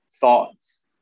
thoughts